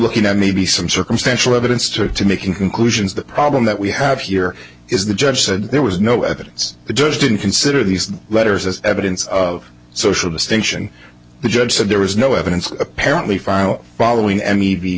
looking at maybe some circumstantial evidence to making conclusions the problem that we have here is the judge said there was no evidence the judge didn't consider these letters as evidence of social distinction the judge said there was no evidence apparently file following an